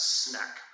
snack